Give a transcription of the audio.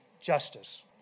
justice